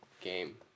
game